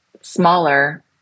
smaller